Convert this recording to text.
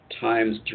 times